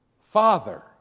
Father